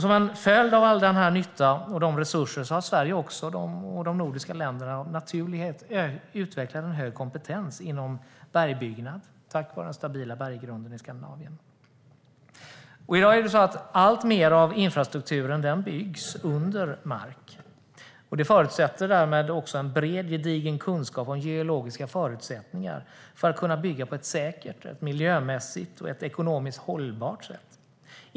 Som en följd av all denna nytta och dessa resurser tack vare Skandinaviens stabila berggrund har Sverige och de nordiska länderna av naturlighet utvecklat en hög kompetens inom bergbyggnad. I dag byggs alltmer av infrastrukturen under mark. Det förutsätter en bred och gedigen kunskap om geologiska förutsättningar att kunna bygga på ett säkert, miljömässigt och ekonomiskt hållbart sätt.